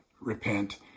repent